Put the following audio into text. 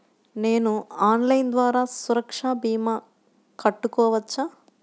నేను ఆన్లైన్ ద్వారా సురక్ష భీమా కట్టుకోవచ్చా?